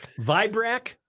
Vibrac